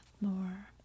more